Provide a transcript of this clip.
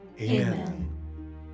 Amen